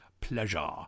pleasure